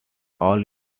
all